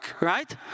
Right